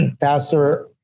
Pastor